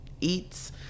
eats